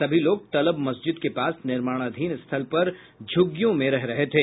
सभी लोग तलब मस्जिद के पास निर्माणाधीन स्थल पर झुग्गियों में रह रहे थे